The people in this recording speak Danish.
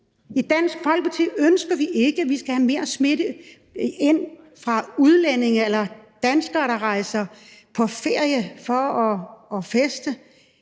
I Dansk Folkeparti ønsker vi ikke, at vi skal have mere smitte ind fra udlændinge eller danskere, der rejser på ferie for at feste,